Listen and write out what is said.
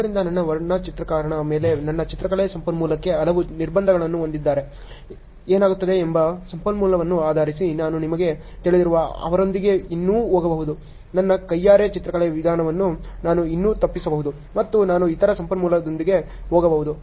ಆದ್ದರಿಂದ ನನ್ನ ವರ್ಣಚಿತ್ರಕಾರನ ಮೇಲೆ ನನ್ನ ಚಿತ್ರಕಲೆ ಸಂಪನ್ಮೂಲಕ್ಕೆ ಹಲವು ನಿರ್ಬಂಧಗಳನ್ನು ಹೊಂದಿದ್ದರೆ ಏನಾಗುತ್ತದೆ ಎಂಬ ಸಂಪನ್ಮೂಲವನ್ನು ಆಧರಿಸಿ ನಾನು ನಿಮಗೆ ತಿಳಿದಿರುವ ಅವರೊಂದಿಗೆ ಇನ್ನೂ ಹೋಗಬಹುದು ನನ್ನ ಕೈಯಾರೆ ಚಿತ್ರಕಲೆ ವಿಧಾನವನ್ನು ನಾನು ಇನ್ನೂ ತಪ್ಪಿಸಬಹುದು ಮತ್ತು ನಾನು ಇತರ ಸಂಪನ್ಮೂಲದೊಂದಿಗೆ ಹೋಗಬಹುದು